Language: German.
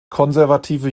konservative